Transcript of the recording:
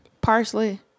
Parsley